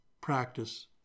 practice